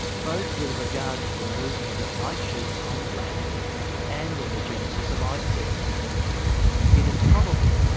both with regard to the movement of ice sheets on the land and in the genesis of icebergs it is probable,